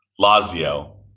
Lazio